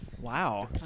Wow